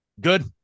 Good